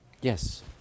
Yes